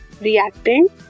reactant